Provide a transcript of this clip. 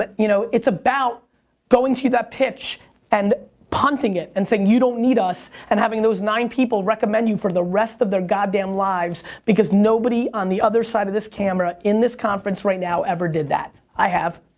but you know, it's about going to that pitch and punting it and saying you don't need us. and having those nine people recommend you for the rest of their goddamn lives. because nobody on the other side of this camera in this conference right now ever did that. i have.